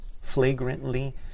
flagrantly